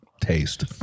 taste